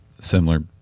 Similar